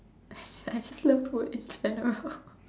I just love food in general